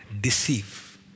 deceive